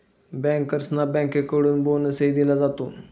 बँकर्सना बँकेकडून बोनसही दिला जातो